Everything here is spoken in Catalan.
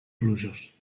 plujós